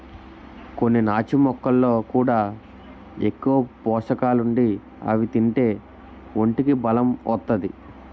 కొన్ని నాచు మొక్కల్లో కూడా ఎక్కువ పోసకాలుండి అవి తింతే ఒంటికి బలం ఒత్తాది